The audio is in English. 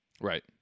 Right